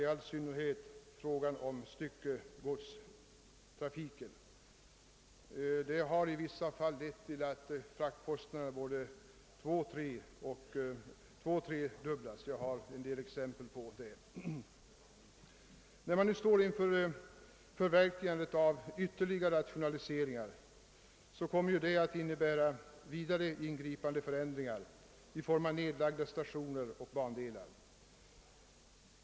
Detta gäller särskilt i fråga om styckegodstrafiken, och det har i vissa fall lett till att fraktkostnaderna både tvåoch tredubblats. När man nu står inför förverkligandet av ytterligare rationaliseringar, kommer detta att innebära flera ingripande förändringar i form av nedlagda stationer och bandelar.